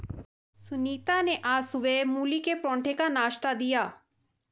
सुनीता ने आज सुबह मूली के पराठे का नाश्ता दिया